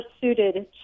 suited